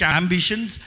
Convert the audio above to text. ambitions